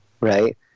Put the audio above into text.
right